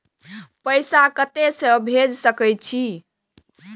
पैसा कते से भेज सके छिए?